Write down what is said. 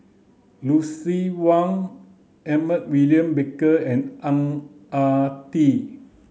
Lucien Wang Edmund William Barker and Ang Ah Tee